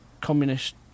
communist